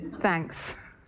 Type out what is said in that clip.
thanks